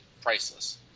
priceless